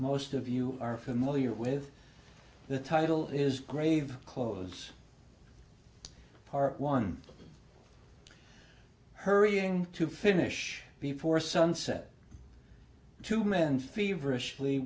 most of you are familiar with the title is grave clothes part one hurrying to finish before sunset to men feverish